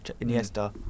Iniesta